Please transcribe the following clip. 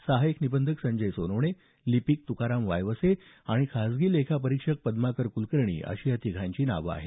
सहायक निबंधक संजय सोनवणे लिपिक तुकाराम वायवसे आणि खासगी लेखा परीक्षक पद्माकर कुलकर्णी अशी या तिघांची नावं आहेत